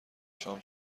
شام